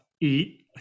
eat